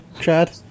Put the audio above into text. Chad